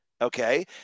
okay